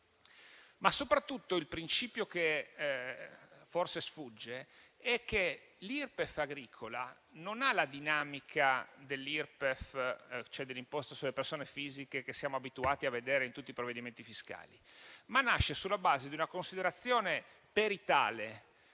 Soprattutto, il principio che forse sfugge è che l'Irpef agricola non ha la dinamica dell'imposta sulle persone fisiche che siamo abituati a vedere in tutti i provvedimenti fiscali, ma nasce sulla base di una considerazione peritale,